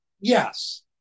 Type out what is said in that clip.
Yes